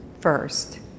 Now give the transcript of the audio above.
first